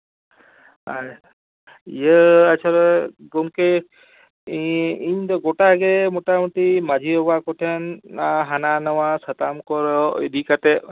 ᱟᱨ ᱟᱪᱪᱷᱟ ᱜᱚᱝᱠᱮ ᱤᱧ ᱫᱚ ᱜᱚᱴᱟ ᱜᱮ ᱢᱚᱴᱟᱢᱩᱴᱤ ᱢᱟᱹᱡᱷᱤ ᱵᱟᱵᱟ ᱠᱚᱴᱷᱮᱱ ᱦᱟᱱᱟ ᱱᱟᱣᱟ ᱥᱟᱛᱟᱢ ᱠᱚ ᱤᱫᱤ ᱠᱟᱛᱮᱫ